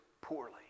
poorly